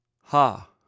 ha